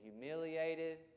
humiliated